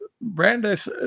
Brandeis